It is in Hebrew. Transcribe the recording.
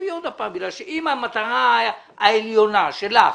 שתחשבי עוד הפעם כי אם המטרה העליונה שלך